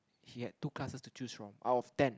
he had two classes to choose from out of ten